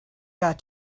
got